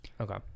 Okay